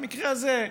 במקרה הזה,